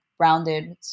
rounded